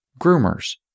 groomers